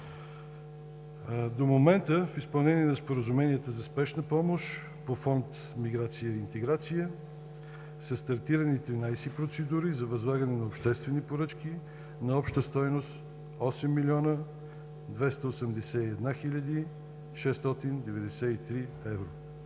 До момента в изпълнение на споразуменията за спешна помощ по фонд „Миграция и интеграция“ са стартирани 13 процедури за възлагане на обществени поръчки на обща стойност 8 млн. 281 хил. 693 евро.